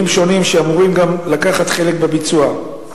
שונים שאמורים גם לקחת חלק בביצוע.